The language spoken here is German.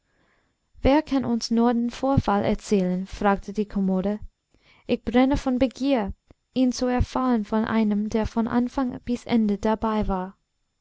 wer kann uns nur den vorfall erzählen fragte die kommode ich brenne vor begier ihn zu erfahren von einem der von anfang bis ende dabei war